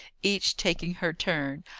each taking her turn.